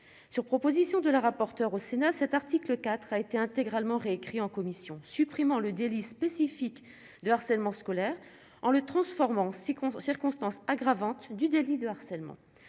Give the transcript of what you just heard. sur proposition de la rapporteure au Sénat cet article 4 a été intégralement réécrit en commission, supprimant le délit spécifique de harcèlement scolaire en le transformant Ci-contre circonstance aggravante du délit de harcèlement,